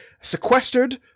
sequestered